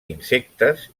insectes